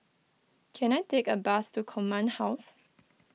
can I take a bus to Command House